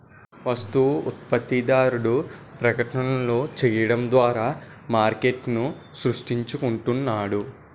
వస్తు ఉత్పత్తిదారుడు ప్రకటనలు చేయడం ద్వారా మార్కెట్ను సృష్టించుకుంటున్నాడు